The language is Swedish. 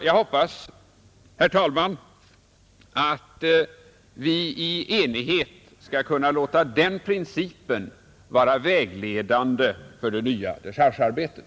Jag hoppas, herr talman, att vi i enighet skall kunna låta den principen vara vägledande för det nya dechargearbetet.